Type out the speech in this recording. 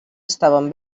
estaven